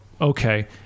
okay